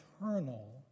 eternal